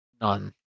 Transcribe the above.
None